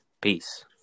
Peace